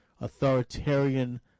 authoritarian